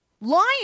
Lying